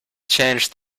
changed